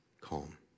calm